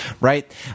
Right